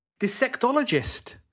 Dissectologist